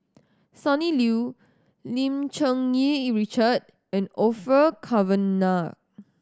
Sonny Liew Lim Cherng Yih Richard and Orfeur Cavenagh